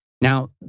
Now